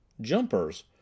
Jumpers